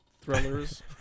thrillers